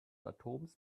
atoms